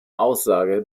aussage